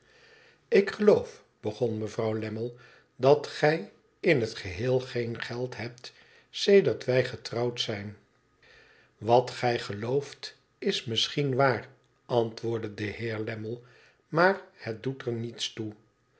ik geloof begon mevrouw lammie dat gij in het geheel geen geld hebt sedert wij getrouwd zijn wat gij gelooft is misschien waar antwoordde de heer lammie j maar het doet er niets toe